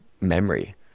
memory